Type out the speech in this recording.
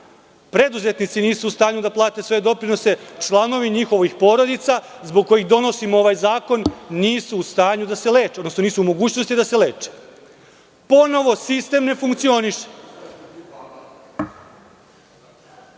Preduzetnici nisu u stanju da plate svoje doprinose, članovi njihovih porodica, zbog kojih donosimo ovaj zakon, nisu u stanju da se leče, nisu u mogućnosti da se leče. Ponovo sistem ne funkcioniše. Mislim